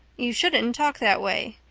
you shouldn't talk that way.